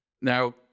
Now